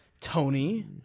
Tony